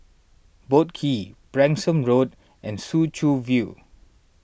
Boat Quay Branksome Road and Soo Chow View